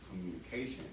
communication